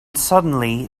suddenly